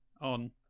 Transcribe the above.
on